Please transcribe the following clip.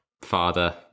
Father